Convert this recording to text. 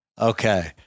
Okay